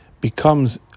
becomes